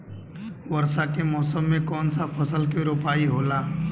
वर्षा के मौसम में कौन सा फसल के रोपाई होला?